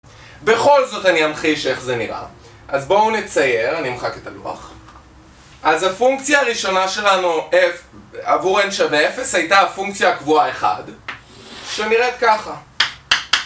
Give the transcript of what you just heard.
בכל זאת אני אמחיש איך זה נראה, אז בואו נצייר, אני אמחק את הלוח. אז הפונקציה הראשונה שלנו עבור n שווה 0 הייתה הפונקציה הקבועה 1 שנראית ככה